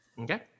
okay